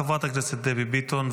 חברת הכנסת דבי ביטון,